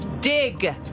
Dig